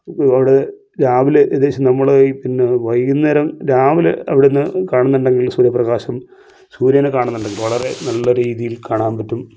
അവിടെ രാവിലെ ഏകദേശം നമ്മള് ഈ പിന്നെ വൈകുന്നേരം രാവിലെ അവിടുന്ന് കാണുന്നുണ്ടെങ്കിൽ സൂര്യപ്രകാശം സൂര്യനെ കാണുന്നുണ്ടെങ്കിൽ വളരെ നല്ല രീതിയിൽ കാണാൻ പറ്റും